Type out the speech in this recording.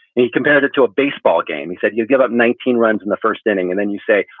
he compared it to a baseball game. he said you'd give up nineteen runs in the first inning and then you say,